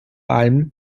allem